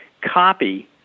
copy